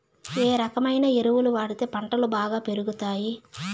ఏ రకమైన ఎరువులు వాడితే పంటలు బాగా పెరుగుతాయి?